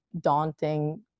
daunting